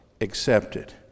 accepted